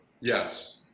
yes